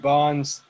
Bonds